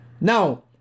Now